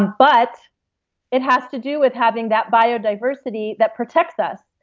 um but it has to do with having that biodiversity that protects us.